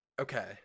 Okay